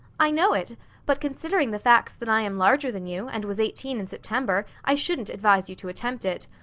i know it but considering the facts that i am larger than you, and was eighteen in september, i shouldn't advise you to attempt it.